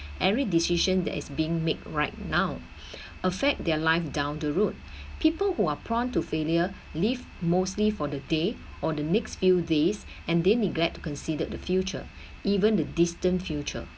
every decision that is being made right now in fact their life down the road people who are prone to failure leave mostly for the day and then the next few days and they neglect to consider the future even the distant future